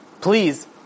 please